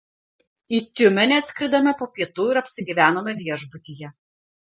į tiumenę atskridome po pietų ir apsigyvenome viešbutyje